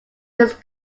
his